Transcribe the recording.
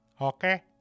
Okay